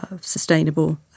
sustainable